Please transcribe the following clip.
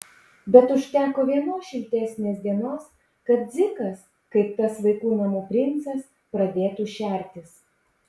bet užteko vienos šiltesnės dienos kad dzikas kaip tas vaikų namų princas pradėtų šertis